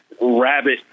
rabbit